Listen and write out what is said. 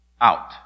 out